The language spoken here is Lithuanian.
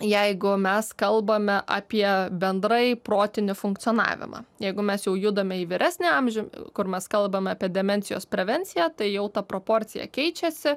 jeigu mes kalbame apie bendrai protinį funkcionavimą jeigu mes jau judame į vyresnį amžių kur mes kalbame apie demencijos prevenciją tai jau ta proporcija keičiasi